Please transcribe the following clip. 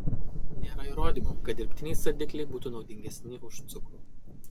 nėra įrodymų kad dirbtiniai saldikliai būtų naudingesni už cukrų